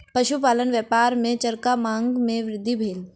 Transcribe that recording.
पशुपालन व्यापार मे चाराक मांग मे वृद्धि भेल